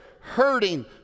hurting